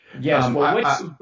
Yes